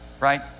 right